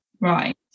right